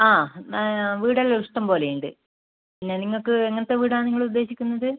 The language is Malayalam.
ആ വീടെല്ലാം ഇഷ്ടം പോലെയുണ്ട് പിന്നെ നിങ്ങൾക്ക് നിങ്ങൾ എങ്ങനത്തെ വീടാണ് നിങ്ങളുദ്ദേശിക്കുന്നത്